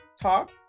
talk